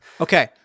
Okay